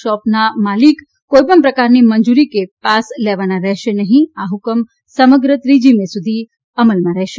શોપના માલિકને કોઈપણ પ્રકારની મંજુરી કે પાસ લેવાના રહેશે નહિ આ હુકમ સમગ્ર ત્રીજી મે સુધી અમલમાં રહેશે